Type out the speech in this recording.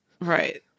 Right